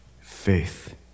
faith